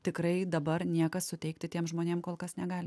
tikrai dabar niekas suteikti tiems žmonėm kol kas negali